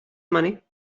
money